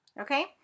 Okay